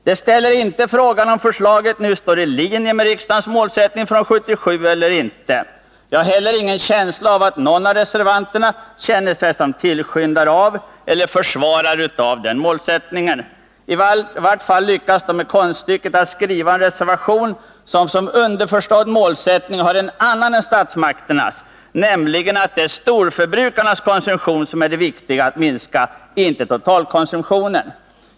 De ställer inte frågan om förslaget står i linje med riksdagens målsättning från 1977 eller inte. Jag har heller ingen känsla av att någon av reservanterna känner sig som tillskyndare eller försvarare av den målsättningen. I varje fall lyckas de med konststycket att skriva en reservation vars underförstådda målsättning är en annan än statsmakternas, nämligen att det är storförbrukarnas konsumtion som det är viktigt att minska, inte totalkonsumtionen.